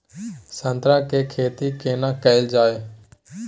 संतरा के खेती केना कैल जाय?